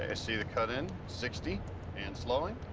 ah see the cut in. sixty and slowing.